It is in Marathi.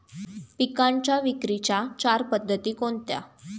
पिकांच्या विक्रीच्या चार पद्धती कोणत्या?